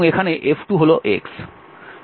সুতরাং F2∂x হল 1